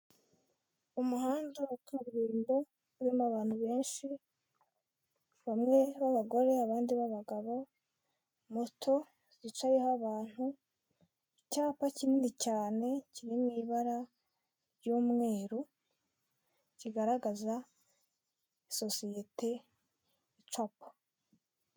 Umuhanda wa kaburimbo urimo abantu benshi bamwe babagore abandi babagabo moto zicayeho abantu icyapa kinini cyane kiri m’ ibara ry'umweru kigaragaza sosiyete icuapa.